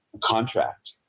contract